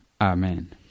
Amen